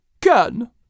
Can